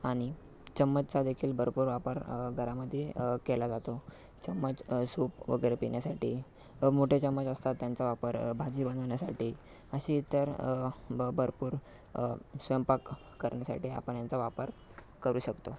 आणि चम्मचचादेखील भरपूर वापर घरामध्ये केला जातो चम्मच सूप वगैरे पिण्यासाठी मोठे चम्मच असतात त्यांचा वापर भाजी बनवण्यासाठी अशी तर ब भरपूर स्वयंपाक करण्यासाठी आपण यांचा वापर करू शकतो